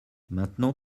maintenant